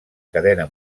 cadena